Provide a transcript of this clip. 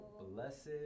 Blessed